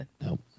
Nope